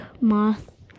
moth